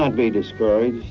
um be discouraged